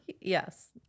yes